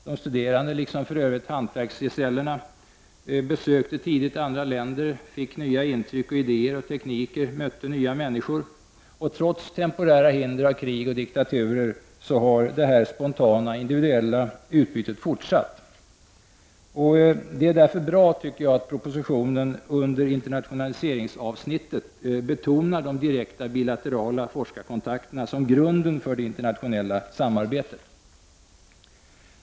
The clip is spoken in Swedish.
De studerande, liksom för övrigt hantverksgesällerna, besökte tidigt andra länder, fick nya intryck, mötte nya idéer och tekniker, och nya människor. Trots temporära hinder som krig och olika diktaturer har detta mera spontana, individuella utbyte fortsatt. Det är därför bra, tycker jag, att propositionen under internationaliseringsavsnittet betonar de direkta bilaterala forskarkontakterna som grunden för det internationella samarbetet.